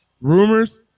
rumors